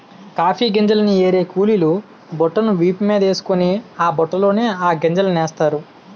coffee గింజల్ని ఏరే కూలీలు బుట్టను వీపు మీదేసుకొని ఆ బుట్టలోన ఆ గింజలనేస్తారు